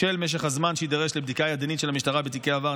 בשל משך הזמן שיידרש לבדיקה ידנית של המשטרה בתיקי העבר,